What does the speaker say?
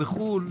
הוא בחו"ל.